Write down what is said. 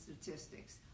statistics